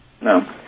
No